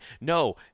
No